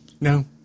No